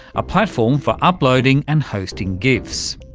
a platform for uploading and hosting gifs.